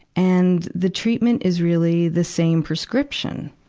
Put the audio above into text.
and the treatment is really the same prescription,